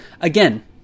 Again